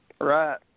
Right